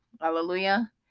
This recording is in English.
Hallelujah